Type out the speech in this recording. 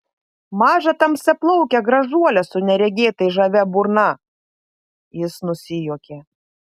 mažą tamsiaplaukę gražuolę su neregėtai žavia burna jis nusijuokė